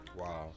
Wow